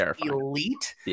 elite